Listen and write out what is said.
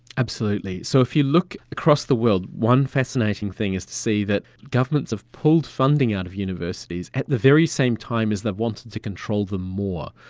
absolutely. so if you look across the world, one fascinating thing is to see that governments have pulled funding out of universities at the very same time as they've wanted to control them more.